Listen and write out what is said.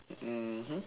mmhmm